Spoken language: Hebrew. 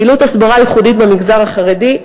פעילות הסברה ייחודית במגזר החרדי,